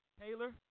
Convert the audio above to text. Taylor